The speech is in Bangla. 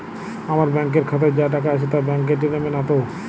আমার ব্যাঙ্ক এর খাতায় যা টাকা আছে তা বাংক কেটে নেবে নাতো?